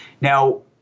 Now